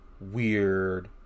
Weird